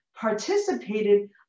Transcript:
participated